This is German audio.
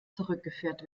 zurückgeführt